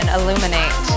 Illuminate